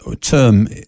term